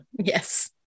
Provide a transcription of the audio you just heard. Yes